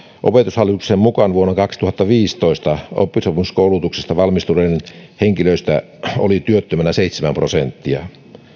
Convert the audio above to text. opetushallituksen mukaan vuonna kaksituhattaviisitoista oppisopimuskoulutuksesta valmistuneista henkilöistä oli työttöminä seitsemän prosenttia